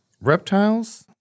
Reptiles